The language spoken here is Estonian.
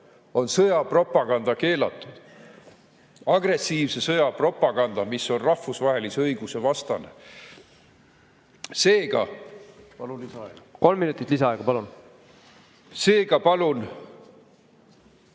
on sõjapropaganda keelatud. Agressiivse sõja propaganda, mis on rahvusvahelise õiguse vastane. Seega ... Palun lisaaega. Kolm minutit lisaaega, palun! Kolm minutit